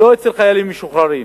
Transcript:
לא אצל חיילים משוחררים,